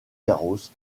garros